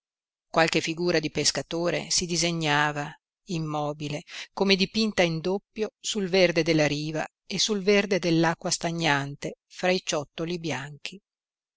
qualche figura di pescatore si disegnava immobile come dipinta in doppio sul verde della riva e sul verde dell'acqua stagnante fra i ciottoli bianchi